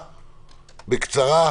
בקצרה,